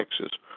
Texas